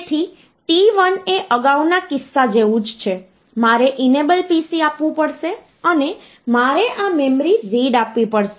તેથી t1 એ અગાઉના કિસ્સા જેવું જ છે મારે ઇનેબલ PC આપવું પડશે અને મારે આ મેમરી રીડ આપવી પડશે